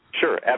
Sure